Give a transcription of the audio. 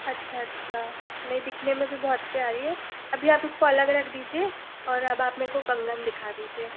अच्छा अच्छा नहीं दिखने में भी बहुत प्यारी है अभी आप इसको अलग रख दीजिए और अब आप मेरे को कंगन दिखा दीजिए